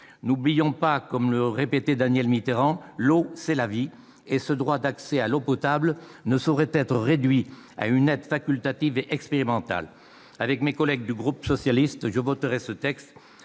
N'oublions pas, comme le répétait Danièle Mitterrand, que « l'eau, c'est la vie ». Ce droit d'accès à l'eau potable ne saurait être réduit à une aide facultative et expérimentale. Avec mes collègues du groupe socialiste et républicain, je voterai ce texte